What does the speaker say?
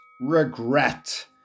Regret